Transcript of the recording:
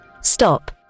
Stop